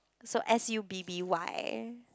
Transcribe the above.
so S_U_B_B_Y